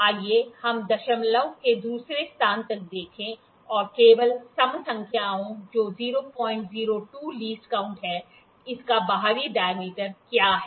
आइए हम दशमलव के दूसरे स्थान तक देखें और केवल सम संख्याएँ जो 002 लीस्ट काऊंट है इसका बाहरी डायमीटर क्या है